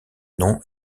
nom